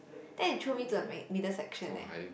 then they throw me to the m~ middle section eh